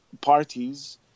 parties